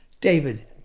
David